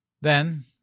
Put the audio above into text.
Then